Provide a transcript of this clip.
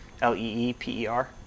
L-E-E-P-E-R